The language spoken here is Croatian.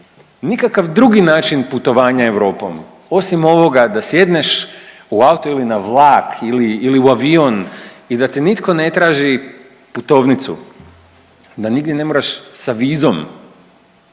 nikakav drugi način putovanja Europom osim ovoga da sjedneš u auto ili na vlak ili, ili u avion i da te nitko ne traži putovnicu, da nigdje ne moraš sa vizom,